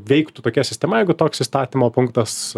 veiktų tokia sistema jeigu toks įstatymo punktas